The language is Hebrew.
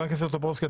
חבר הכנסת טופורובסקי,